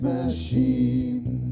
Machine